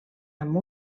amb